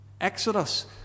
Exodus